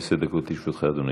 15 דקות לרשותך, אדוני.